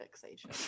fixation